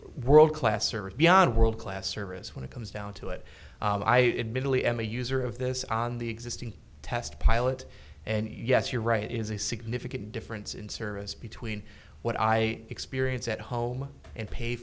world class or beyond world class service when it comes down to it i admittedly am a user of this on the existing test pilot and yes you're right it is a significant difference in service between what i experience at home and pay